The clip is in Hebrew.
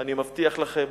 אני מבטיח לכם,